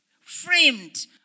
Framed